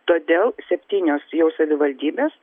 todėl septynios jau savivaldybės